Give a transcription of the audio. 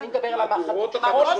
אני מדבר על מהדורות החדשות מירושלים.